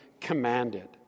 commanded